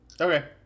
Okay